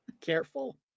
Careful